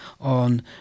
on